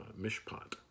mishpat